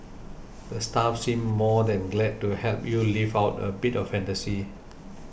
the staff seem more than glad to help you live out a bit of fantasy